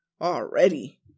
Already